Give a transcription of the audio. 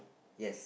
yes